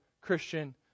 Christian